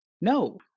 No